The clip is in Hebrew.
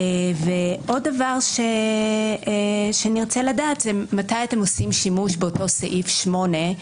ועוד דברים שנרצה לדעת: מתי אתם עושים שימוש באותו סעיף 8?